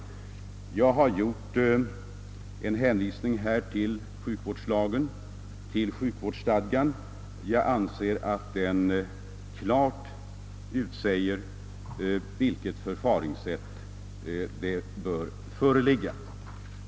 Jag har hänvisat till sjukvårdslagen och sjukvårdsstadgan, då jag anser att bestämmelserna däri klart utsäger vilket förfaringssätt som bör tillämpas.